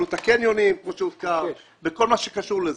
עלות הקניונים כמו שהוזכר וכל מה שקשור לזה.